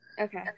Okay